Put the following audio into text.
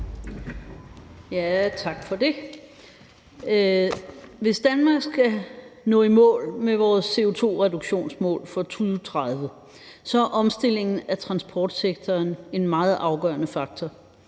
Tak for det. Hvis vi i Danmark skal nå i mål med vores CO2-reduktionsmål for 2030, er omstillingen af transportsektoren en meget afgørende faktor.